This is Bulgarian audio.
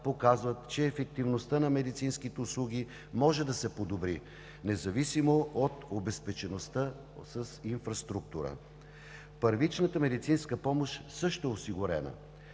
показват, че ефективността на медицинските услуги може да се подобри независимо от обезпечеността с инфраструктура. Първичната медицинска помощ също е осигурена.